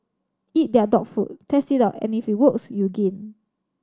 eat their dog food test it out and if it works you gain